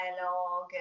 dialogue